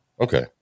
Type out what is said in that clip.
Okay